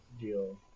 deal